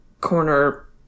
Corner